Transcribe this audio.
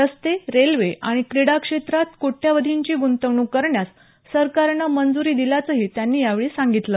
रस्ते रेल्वे आणि क्रीडा क्षेत्रात कोट्यावधींची गुंतवणुक करण्यास सरकारनं मंजूरी दिल्याचंही त्यांनी यावेळी सांगितलं